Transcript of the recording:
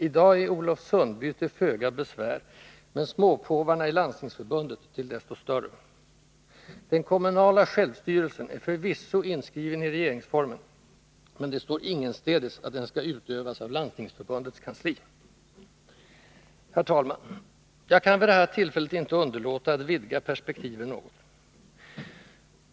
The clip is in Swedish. I dag är Olof Sundby till föga besvär, men småpåvarna i Landstingsförbundet till desto större. Den kommunala självstyrelsen är förvisso inskriven i regeringsformen, men det står ingenstädes att den skall utövas av Landstingsförbundets kansli. Herr talman! Jag kan vid det här tillfället inte underlåta att vidga perspektiven något.